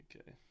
Okay